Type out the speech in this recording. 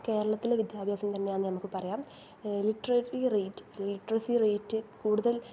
കേരളത്തിലെ വിദ്യാഭ്യാസം തന്നെയാണ് നമുക്ക് പറയാം ലിറ്ററേറ്ററി റേറ്റ് ലിട്രസി റേറ്റ് കൂടുതൽ